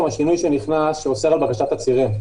השינוי שנכנס שאוסר על בקשת תצהירים.